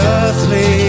earthly